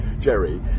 Jerry